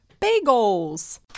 Bagels